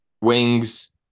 wings